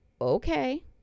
okay